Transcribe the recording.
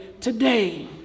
today